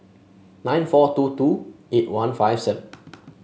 nine four two two eight one five seven